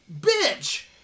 bitch